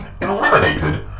eliminated